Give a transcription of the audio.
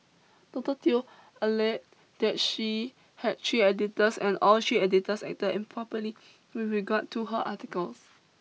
Doctor Teo alleged that she had three editors and all three editors acted improperly with regard to her articles